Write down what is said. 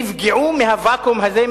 נפגעו מהוואקום הזה,